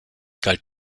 galt